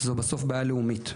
זו בסוף בעיה לאומית.